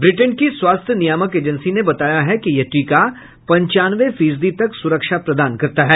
Britain की स्वास्थ्य नियामक एजेंसी ने बताया है कि यह टीका पंचानवे फीसदी तक सुरक्षा प्रदान करता है